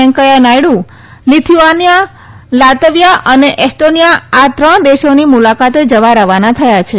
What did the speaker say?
Venkaiah Naidu Lithuania Latvia અને Estonia આ ત્રણ દેશોની મુલાકાતે જવા રવાના થયા છે